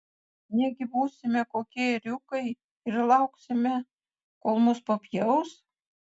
negi būsime kokie ėriukai ir lauksime kol mus papjaus